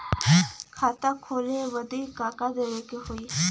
खाता खोलावे बदी का का देवे के होइ?